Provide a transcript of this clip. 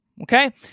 okay